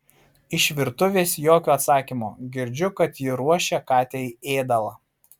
iš virtuvės jokio atsakymo girdžiu kad ji ruošia katei ėdalą